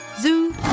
Zoo